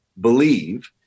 believe